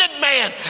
man